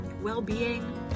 well-being